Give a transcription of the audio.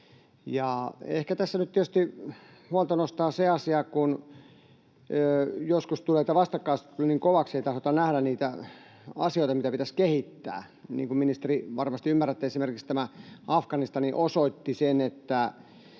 Ehkä tässä nyt tietysti huolta nostaa se asia, että joskus tulee tämä vastakkainasettelu niin kovaksi, ettei tahdota nähdä niitä asioita, mitä pitäisi kehittää. — Niin kuin, ministeri, varmasti ymmärrätte, esimerkiksi tämä Afganistan osoitti sen, että